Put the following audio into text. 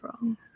wrong